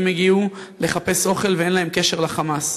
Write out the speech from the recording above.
הגיעו לחפש אוכל ואין להם קשר ל"חמאס".